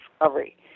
Discovery